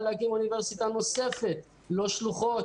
להקים אוניברסיטה נוספת ולא שלוחות,